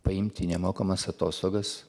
paimti nemokamas atostogas